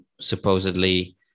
supposedly